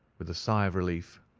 with a sigh of relief,